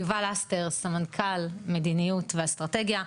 יובל לסטר; סמנכ"ל מדיניות ואסטרטגיה,